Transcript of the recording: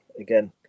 again